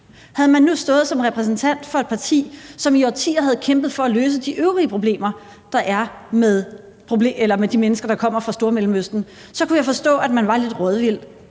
Havde man nu stået som repræsentant for et parti, som i årtier havde kæmpet for at løse de øvrige problemer, der er med de mennesker, der kommer fra Stormellemøsten, så kunne jeg forstå, at man var lidt rådvild.